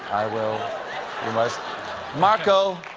i will you must marco.